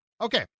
Okay